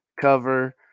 cover